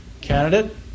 candidate